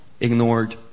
ignored